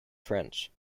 french